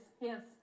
yes